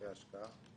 הלוואות לתיקי השקעה.